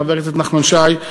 חבר הכנסת נחמן שי,